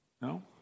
No